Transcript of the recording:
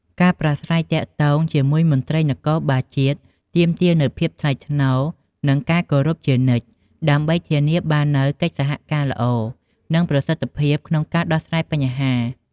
ការប្រាស្រ័យទាក់ទងជាមួយមន្ត្រីនគរបាលជាតិ ទាមទារនូវភាពថ្លៃថ្នូរ និងការគោរពជានិច្ចដើម្បីធានាបាននូវកិច្ចសហការល្អ និងប្រសិទ្ធភាពក្នុងការដោះស្រាយបញ្ហា។